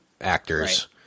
actors